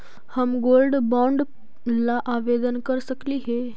हम gold bond ला आवेदन कर सकली हे?